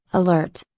alert.